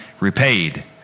repaid